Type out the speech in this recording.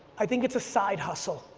i think it's a side hustle.